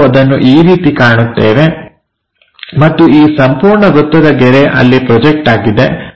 ನಾವು ಅದನ್ನು ಈ ರೀತಿ ಕಾಣುತ್ತೇವೆ ಮತ್ತು ಈ ಸಂಪೂರ್ಣ ವೃತ್ತದ ಗೆರೆ ಅಲ್ಲಿಗೆ ಪ್ರೊಜೆಕ್ಟ್ ಆಗಿದೆ